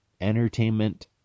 entertainment